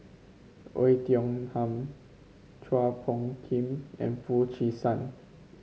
Oei Tiong Ham Chua Phung Kim and Foo Chee San